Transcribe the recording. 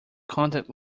contact